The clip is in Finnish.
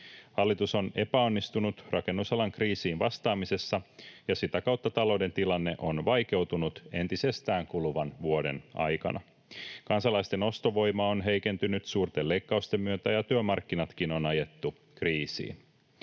Hallitus on epäonnistunut rakennusalan kriisiin vastaamisessa, ja sitä kautta talouden tilanne on vaikeutunut entisestään kuluvan vuoden aikana. Kansalaisten ostovoima on heikentynyt suurten leikkausten myötä, ja työmarkkinatkin on ajettu kriisiin.